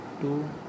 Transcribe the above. two